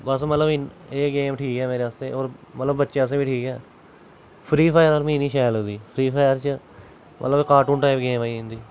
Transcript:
बस मतलब इन्नां एह् गेम ठीक ऐ मेरे आस्तै होर मतलब बच्चें आस्तै बी ठीक ऐ फ्री फायर मि नी शैल लगदी फ्री फायर च मतलब कार्टून टाइप गेम आई जंदी